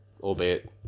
albeit